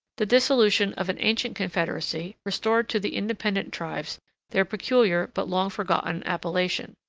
the dissolution of an ancient confederacy restored to the independent tribes their peculiar but long-forgotten appellation.